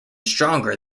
stronger